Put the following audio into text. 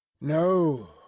No